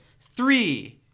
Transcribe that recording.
Three